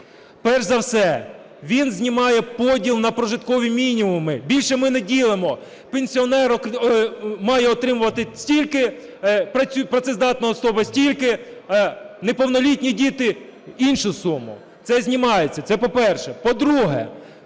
Перш за все, він знімає поділ на прожиткові мінімуми: більше ми не ділимо пенсіонер має отримувати стільки, працездатна особа – стільки, неповнолітні діти – іншу суму. Це знімається. Це по-перше. По-друге,